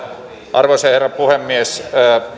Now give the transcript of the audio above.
arvoisa herra puhemies